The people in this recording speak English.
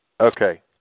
Okay